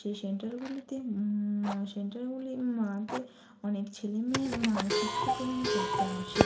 সেই সেন্টারগুলিতে সেন্টারগুলির মধ্যে অনেক ছেলে মেয়ে শিক্ষাগ্রহণ করতে আসে